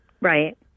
Right